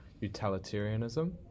utilitarianism